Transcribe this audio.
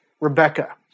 Rebecca